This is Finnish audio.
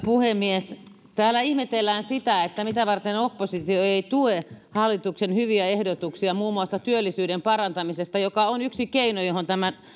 puhemies täällä ihmetellään sitä mitä varten oppositio ei tue hallituksen hyviä ehdotuksia muun muassa työllisuuden parantamisesta joka on yksi keino johon tämä